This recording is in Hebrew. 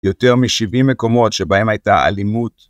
יותר מ-70 מקומות שבהן הייתה אלימות.